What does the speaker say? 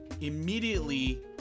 immediately